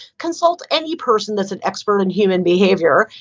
consult any person that's an expert in human behavior.